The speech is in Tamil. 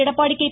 எடப்பாடி கே